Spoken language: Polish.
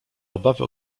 obawy